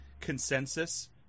consensus